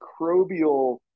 microbial